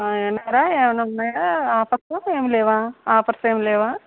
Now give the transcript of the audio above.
ఏమన్నా ఉన్నాయా ఆఫర్స్ ఏమి లేవా ఆఫర్స్ ఏమి లేవా